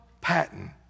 Patton